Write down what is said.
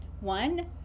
One